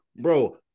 bro